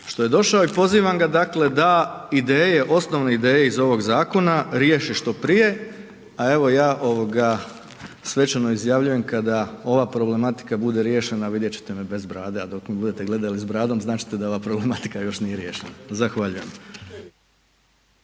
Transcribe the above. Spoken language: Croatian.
što je došao i pozivam ga dakle da ideje, osnovne ideje iz ovog zakona riješi što prije, a evo ja ovoga svečano izjavljujem kada ova problematika bude riješena vidjet ćete me bez brade, a dok me budete gledali s bradom zanat ćete da ova problematika još nije riješena. Zahvaljujem.